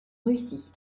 russie